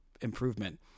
improvement